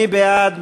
מי בעד?